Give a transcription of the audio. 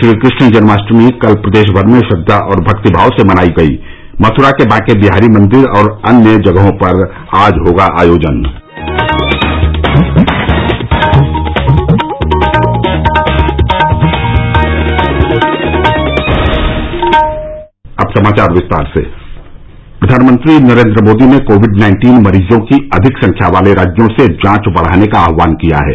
श्रीकृष्ण जन्माष्टमी कल प्रदेश भर में श्रद्वा और भक्तिभाव से मनाई गयी मथुरा के बांके बिहारी मंदिर और अन्य जगहों पर आज होगा आयोजन प्रधानमंत्री नरेंद्र मोदी ने कोविड नाइन्टीन मरीजों की अधिक संख्या वाले राज्यों से जांच बढाने का आहवान कियाहै